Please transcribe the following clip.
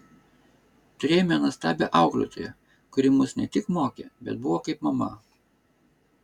turėjome nuostabią auklėtoją kuri mus ne tik mokė bet buvo kaip mama